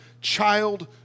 child